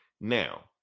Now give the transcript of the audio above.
now